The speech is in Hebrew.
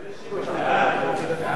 הממשלה על העברת